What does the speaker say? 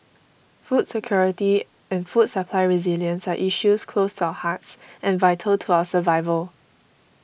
food security and food supply resilience are issues close to our hearts and vital to our survival